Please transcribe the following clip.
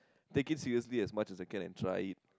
take it seriously as much as I can and try it